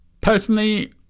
personally